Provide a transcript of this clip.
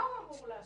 מה הוא אמור לעשות?